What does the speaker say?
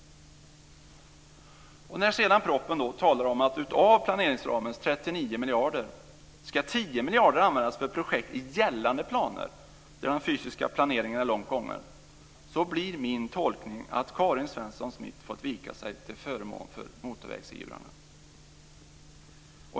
När det sedan i propositionen talas om att av planeringsramens 39 miljarder ska 10 miljarder användas för projekt i gällande planer där den fysiska planeringen är långt gången, blir min tolkning att Karin Svensson Smith fått vika sig till förmån för motorvägsivrarna.